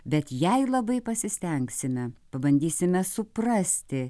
bet jei labai pasistengsime pabandysime suprasti